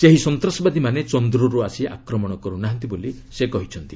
ସେହି ସନ୍ତାସବାଦୀମାନେ ଚନ୍ଦ୍ରରୁ ଆସି ଆକ୍ରମଣ କରୁନାହାନ୍ତି ବୋଲି ସେ କହିଛନ୍ତି